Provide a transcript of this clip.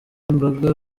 ibanga